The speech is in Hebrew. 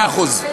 מאה אחוז.